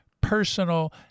personal